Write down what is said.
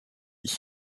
ich